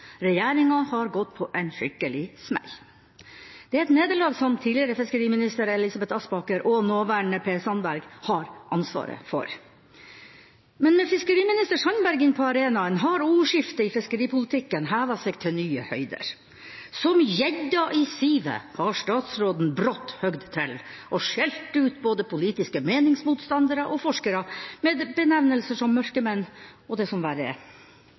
Regjeringa har gått på en skikkelig smell. Det er et nederlag som tidligere fiskeriminister Elisabeth Aspaker og nåværende fiskeriminister Per Sandberg har ansvaret for. Men med fiskeriminister Sandberg inn på arenaen har ordskiftet i fiskeripolitikken hevet seg til nye høyder. Som gjedda i sivet har statsråden brått hogd til og skjelt ut både politiske meningsmotstandere og forskere, med benevnelser som «mørkemenn» og det som verre er.